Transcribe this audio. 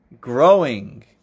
growing